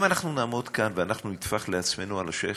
אם אנחנו נעמוד כאן ואנחנו נטפח לעצמנו על השכם,